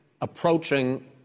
approaching